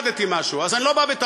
למדתי משהו, אז אני לא בא בטענות.